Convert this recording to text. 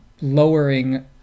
lowering